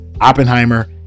Oppenheimer